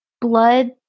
blood